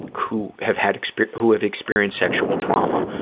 who have had experience, who have experienced sexual trauma,